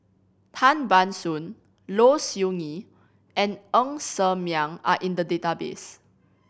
Tan Ban Soon Low Siew Nghee and Ng Ser Miang are in the database